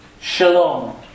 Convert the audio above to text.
Shalom